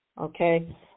Okay